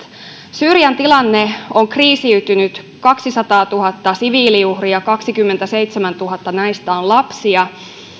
syyrian tilanne on kriisiytynyt kaksisataatuhatta siviiliuhria ja kaksikymmentäseitsemäntuhatta näistä on lapsia